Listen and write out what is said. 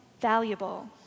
valuable